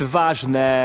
ważne